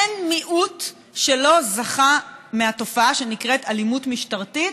אין מיעוט שלא זכה לתופעה שנקראת אלימות משטרתית,